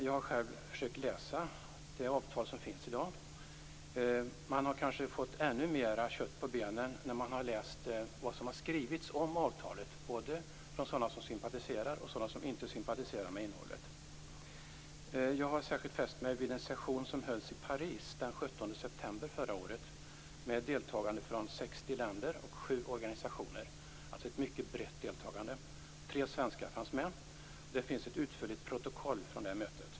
Jag har själv försökt läsa det avtal som finns i dag. Man har kanske fått ännu mer kött på benen när man har läst vad som har skrivits om avtalet både från sådana som sympatiserar och sådana som inte sympatiserar med innehållet. Jag har särskilt fäst mig vid en session som hölls i 60 länder och 7 organisationer. Det var alltså ett mycket brett deltagande. Tre svenskar fanns med. Det finns ett utförligt protokoll från mötet.